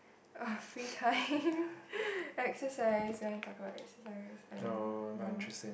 oh free time exercise you want talk about exercise I don't know no